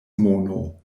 mono